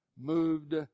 moved